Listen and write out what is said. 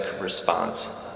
response